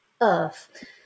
earth